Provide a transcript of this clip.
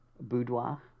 boudoir